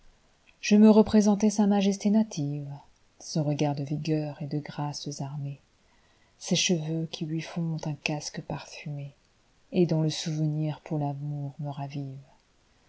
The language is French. je me représentai sa majesté native son regard de vigueur et de grâces armé ses cheveux qui lui font un casque parfumé et dont le souvenir poir l'amour me ravive